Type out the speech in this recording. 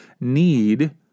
need